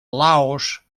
laos